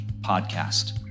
Podcast